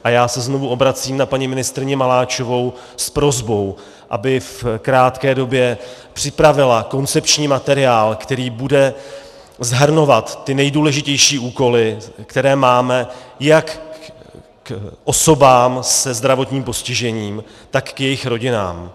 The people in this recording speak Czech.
A já se znovu obracím na paní ministryni Maláčovou s prosbou, aby v krátké době připravila koncepční materiál, který bude shrnovat ty nejdůležitější úkoly, které máme jak k osobám se zdravotním postižením, tak k jejich rodinám.